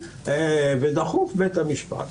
פסק דין וונסברי המפורסם לבין פסק דין דפי